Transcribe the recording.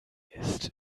ist